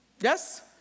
Yes